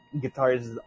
guitars